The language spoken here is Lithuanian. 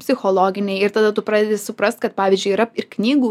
psichologiniai ir tada tu pradedi suprast kad pavyzdžiui yra ir knygų